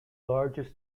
largest